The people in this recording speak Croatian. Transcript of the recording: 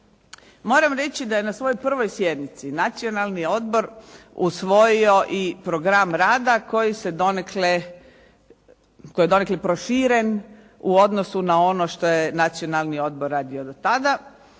Moram reći da je na svojoj prvoj sjednici Nacionalni odbor usvojio i program rada koji je donekle proširen u odnosu na ono što je Nacionalni odbor radio do tada,